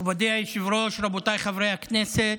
מכובדי היושב-ראש, רבותיי חברי הכנסת,